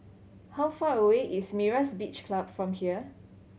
how far away is Myra's Beach Club from here